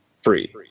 Free